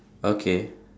okay